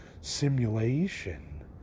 simulation